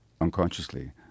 unconsciously